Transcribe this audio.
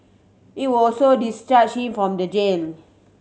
it would also discharge from the